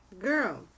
girl